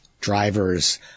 drivers